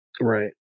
right